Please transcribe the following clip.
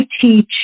teach –